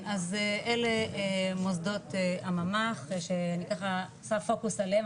אז אלה מוסדות הממ"ח שאני ככה עושה פוקוס עליהם,